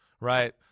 right